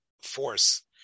force